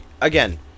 again